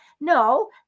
No